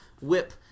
whip